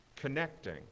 Connecting